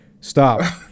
Stop